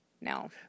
No